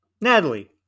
Natalie